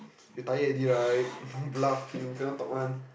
you tired already right bluff you cannot talk one